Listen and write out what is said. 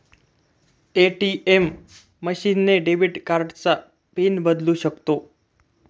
ATM machine ने debit कार्डचा PIN बदलू शकतो